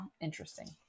interesting